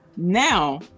Now